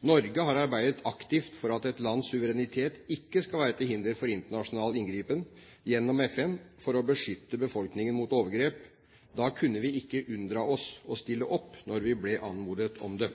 Norge har arbeidet aktivt for at et lands suverenitet ikke skal være til hinder for internasjonal inngripen gjennom FN for å beskytte befolkningen mot overgrep. Da kunne vi ikke unndra oss å stille opp da vi ble anmodet om det.